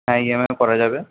হ্যাঁ E M করা যাবে